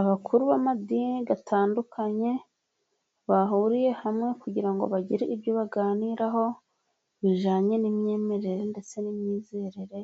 Abakuru b'amadini atandukanye bahuriye hamwe kugira ngo bagire ibyo baganiraho bijyanye n'imyemerere ndetse n'imyizerere